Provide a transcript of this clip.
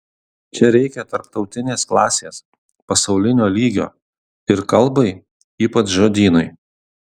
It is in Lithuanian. čia reikia tarptautinės klasės pasaulinio lygio ir kalbai ypač žodynui